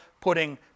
putting